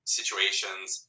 situations